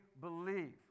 believe